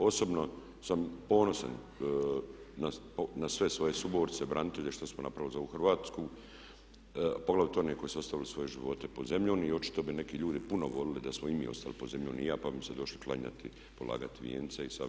Osobno sam ponosan na sve svoje suborce, branitelje što smo napravili za svoju Hrvatsku, poglavito one koji su ostavili svoje živote pod zemljom i očito bi neki ljudi puno govorili da smo i mi ostali pod zemljom, i ja, pa bi mi se došli klanjati, polagati vijence i sad.